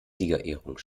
siegerehrung